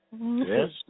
Yes